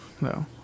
No